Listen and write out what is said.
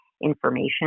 information